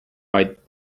white